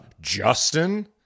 Justin